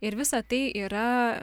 ir visa tai yra